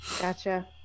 gotcha